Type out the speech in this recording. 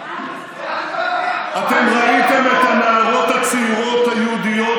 אתם ראיתם את הנערות הצעירות היהודיות